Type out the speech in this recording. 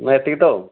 ନା ଏତିକି ତ ଆଉ